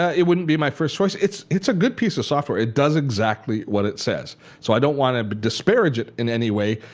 it wouldn't be my first choice. it's it's a good piece of software. it does exactly what it says so i don't want to disparage it in any way.